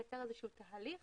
זה ייצר איזשהו תהליך